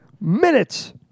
minutes